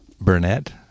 Burnett